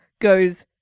goes